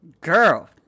Girl